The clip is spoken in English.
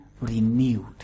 renewed